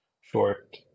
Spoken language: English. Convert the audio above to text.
short